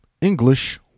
English